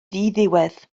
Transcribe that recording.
ddiddiwedd